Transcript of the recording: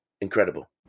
Incredible